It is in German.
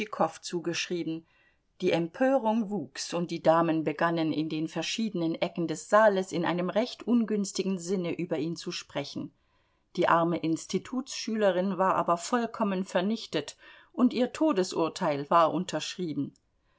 tschitschikow zugeschrieben die empörung wuchs und die damen begannen in den verschiedenen ecken des saales in einem recht ungünstigen sinne über ihn zu sprechen die arme institutsschülerin war aber vollkommen vernichtet und ihr todesurteil war unterschrieben